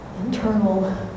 internal